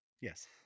Yes